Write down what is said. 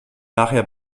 nachher